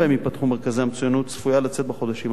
מרכזי המצוינות צפויה לצאת בחודשים הקרובים.